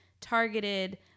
targeted